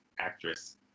actress